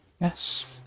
Yes